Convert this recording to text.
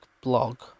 blog